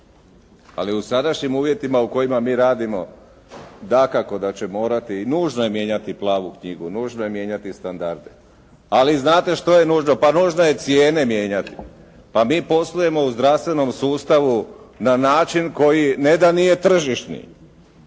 Ali, u sadašnjim uvjetima u kojima mi radimo dakako da će morati i nužno je mijenjati plavu knjigu, nužno je mijenjati standarde, ali znate što je nužno? Pa nužno je cijene mijenjati. Pa mi poslujemo u zdravstvenom sustavu na način koji ne da nije tržišni